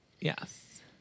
Yes